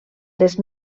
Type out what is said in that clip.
les